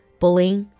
bullying